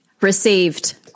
received